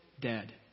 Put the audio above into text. dead